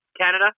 Canada